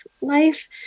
life